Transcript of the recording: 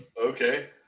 Okay